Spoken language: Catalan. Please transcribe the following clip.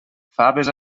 faves